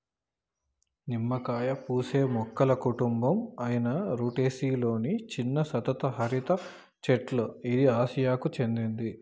నిమ్మకాయ పూసే మొక్కల కుటుంబం అయిన రుటెసి లొని చిన్న సతత హరిత చెట్ల ఇది ఆసియాకు చెందింది